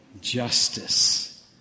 justice